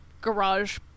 garage